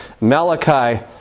Malachi